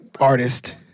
artist